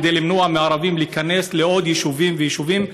כדי למנוע מערבים להיכנס לעוד ועוד יישובים.